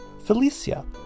Felicia